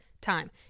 time